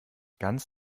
ganz